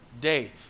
day